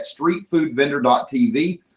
streetfoodvendor.tv